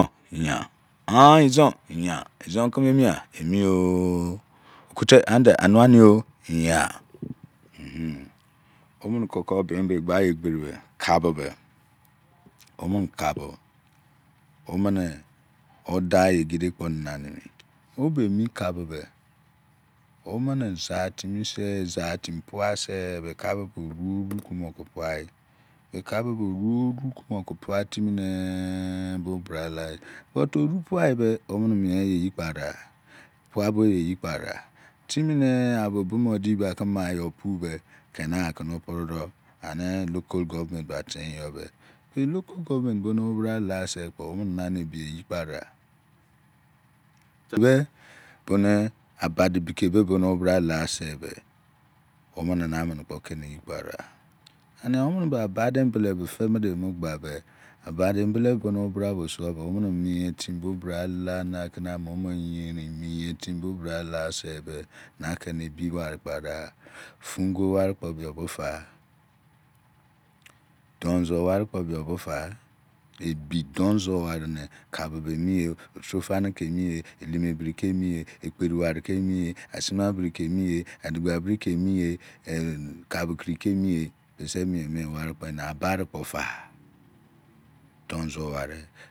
Tha izon yah izon keme ami eghlemi ooo okete ande anuani oo yah mmhu oko be gbai egberi be ka bo ebe omene kabo odayo egede kpo nanamimi obe emi kabo be ome ga timise zeti mi pua se be kabo be omo oruo kumu puayi onuo omo kumo ke pua timi ne bra layi but oruo pua yi be omene mieeyo kpo aria pua boyi eyi kpo aria timine abo bomodi pake mayo puado kenar akene one do ani bcal govt i e atinyo be be local govt bo no obra lasi kpo omene na be ebieyi kpo aria be abudi bike owobra lasi kpo omene na na mene kpo kene eyi kpo aria aniya omene be abadi kembele be gemule gba be abadi kembele bo na kene owo bra so suo be omene mie timi bo bra lakena momo eyerin mie timi bo bra lasi na kene kembele kpo aria fun go wari kpo biyo nefu donzuo wevi kpo biyo betai ebi don zuo wari ne kabo be emio o tro dani kemi o elemebiri kemi o ekperiv wari kemi o asima biri kemi o adgja biri kemi o ka bokri kemi o bise miemie wari ena abri kpo da donzuo wari